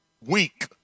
weak